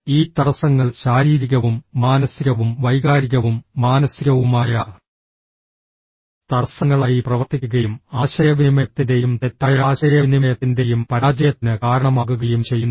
ഈ തടസ്സങ്ങൾ ശാരീരികവും മാനസികവും വൈകാരികവും മാനസികവുമായ തടസ്സങ്ങളായി പ്രവർത്തിക്കുകയും ആശയവിനിമയത്തിൻറെയും തെറ്റായ ആശയവിനിമയത്തിൻറെയും പരാജയത്തിന് കാരണമാകുകയും ചെയ്യുന്നു